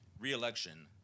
re-election